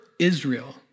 Israel